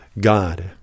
God